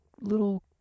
little